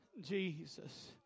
Jesus